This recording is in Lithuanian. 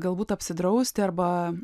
galbūt apsidrausti arba